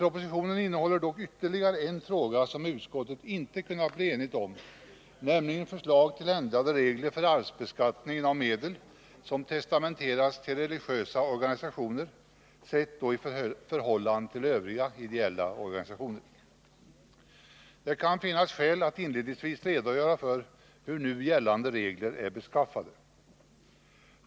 Propositionen innehåller dock ytterligare en fråga som utskottet inte har kunnat bli enigt om, nämligen förslag till ändring av reglerna för arvsbeskattningen av medel som testamenterats till religiösa organisationer, då med hänsyn tagen till övriga ideella organisationer. Det kan finnas skäl att inledningsvis redogöra för hur de nu gällande reglerna är beskaffade.